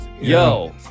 Yo